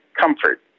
comfort